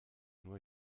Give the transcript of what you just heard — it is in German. nur